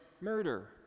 murder